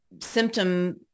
symptom